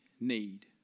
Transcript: need